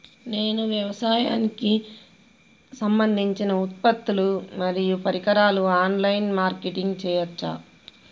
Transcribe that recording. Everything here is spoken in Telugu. నేను వ్యవసాయానికి సంబంధించిన ఉత్పత్తులు మరియు పరికరాలు ఆన్ లైన్ మార్కెటింగ్ చేయచ్చా?